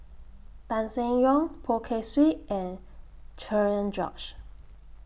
Tan Seng Yong Poh Kay Swee and Cherian George